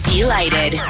Delighted